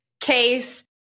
case